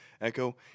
Echo